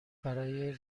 برای